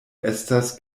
estas